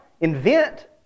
invent